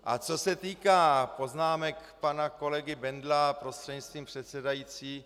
A co se týká poznámek pana kolegy Bendla prostřednictvím předsedající.